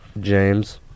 James